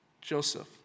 Joseph